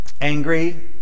Angry